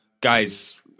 Guys